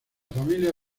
familia